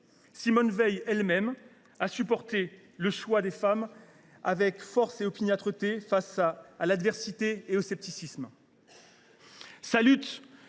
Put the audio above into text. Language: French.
Simone Veil elle même a su porter la voix des femmes, avec force et opiniâtreté, face à l’adversité et au scepticisme.